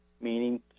meaning